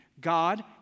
God